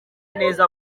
neza